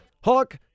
hawk